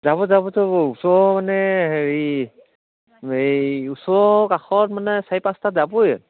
যাব যাব যাব ওচৰৰ মানে হেৰি এই ওচৰৰ কাষত মানে চাৰি পাঁচটা যাবয়ে